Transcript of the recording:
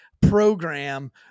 program